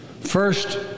First